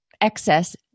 excess